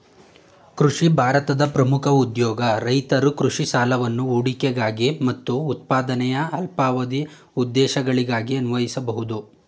ಕೃಷಿ ಭಾರತದ ಪ್ರಮುಖ ಉದ್ಯೋಗ ರೈತರು ಕೃಷಿ ಸಾಲವನ್ನು ಹೂಡಿಕೆಗಾಗಿ ಮತ್ತು ಉತ್ಪಾದನೆಯ ಅಲ್ಪಾವಧಿ ಉದ್ದೇಶಗಳಿಗಾಗಿ ಅನ್ವಯಿಸ್ಬೋದು